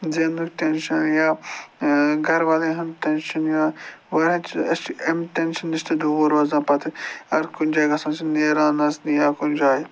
زینٛنُک tension یا گَرٕ والٮ۪ن ہُنٛد ٹینشَن یا واریاہ چہ أسۍ چھِ اَمہِ ٹینشَن نِش تہٕ دوٗر روزان پَتہٕ اگر کُنہِ جایہِ گژھان چھِ نیران نَژنہِ یا کُنہِ جایہِ